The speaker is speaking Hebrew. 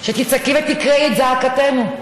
שתצעקי ותקריאי את זעקתנו,